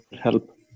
help